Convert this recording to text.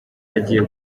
agiye